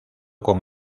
con